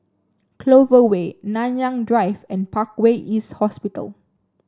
Clover Way Nanyang Drive and Parkway East Hospital